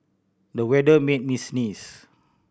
the weather made me sneeze